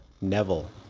Neville